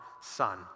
Son